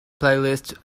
playlist